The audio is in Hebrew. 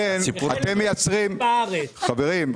אתם מייצרים כאן חברים,